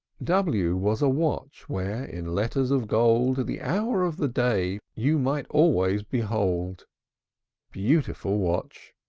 w was a watch, where, in letters of gold, the hour of the day you might always behold beautiful watch!